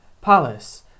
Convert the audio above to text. Palace